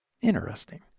Interesting